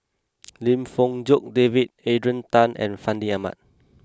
Lim Fong Jock David Adrian Tan and Fandi Ahmad